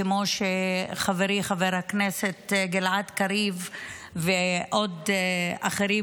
כמו שחברי חבר הכנסת גלעד קריב ועוד אחרים,